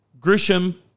Grisham